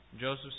Joseph